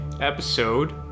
episode